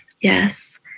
Yes